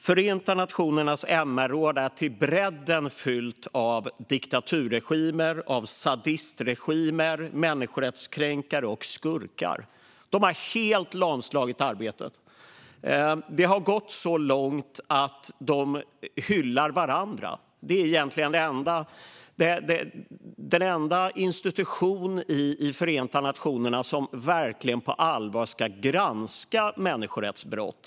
Förenta nationernas MR-råd är till brädden fyllt av diktaturregimer, av sadistregimer, människorättskränkare och skurkar. De har helt lamslagit arbetet. Det har gått så långt att de hyllar varandra. Detta är egentligen den enda institution i Förenta nationerna som verkligen på allvar ska granska människorättsbrott.